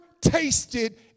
tasted